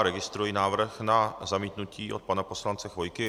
Registruji návrh na zamítnutí od pana poslance Chvojky.